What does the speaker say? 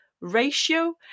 ratio